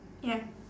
ya